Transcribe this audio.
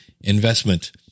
investment